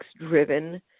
driven